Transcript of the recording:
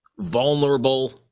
vulnerable